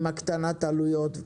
עם הקטנת העלויות,